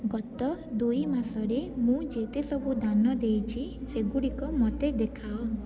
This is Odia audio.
ଗତ ଦୁଇ ମାସରେ ମୁଁ ଯେତେ ସବୁ ଦାନ ଦେଇଛି ସେଗୁଡ଼ିକ ମୋତେ ଦେଖାଅ